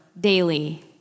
daily